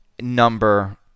number